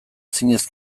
zinez